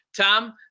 Tom